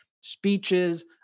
speeches